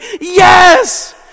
Yes